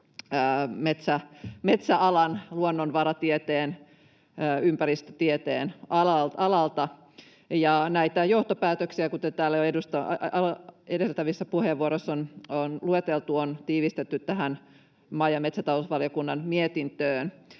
metsäalan, luonnonvaratieteen ja ympäristötieteen alalta, ja näitä johtopäätöksiä, kuten täällä jo edeltävissä puheenvuoroissa on lueteltu, on tiivistetty tähän maa‑ ja metsätalousvaliokunnan mietintöön.